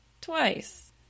Twice